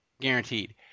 guaranteed